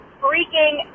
freaking